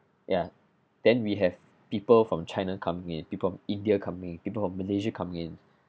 ya then we have people from china come in people from india come in people from malaysia come in